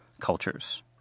cultures